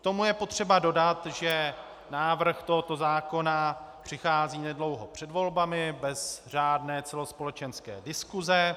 K tomu je potřeba dodat, že návrh tohoto zákona přichází nedlouho před volbami, bez řádné celospolečenské diskuse.